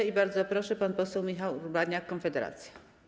I bardzo proszę, pan poseł Michał Urbaniak, Konfederacja.